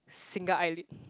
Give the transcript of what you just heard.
single eyelid